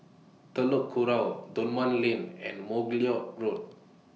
Telok Kurau Dunman Lane and Margoliouth Road